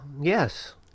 Yes